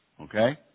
Okay